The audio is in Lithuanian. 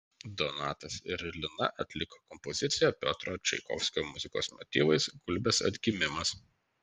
donatas ir lina atliko kompoziciją piotro čaikovskio muzikos motyvais gulbės atgimimas